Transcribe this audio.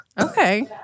Okay